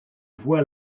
voit